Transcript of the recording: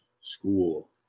school